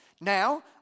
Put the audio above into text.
now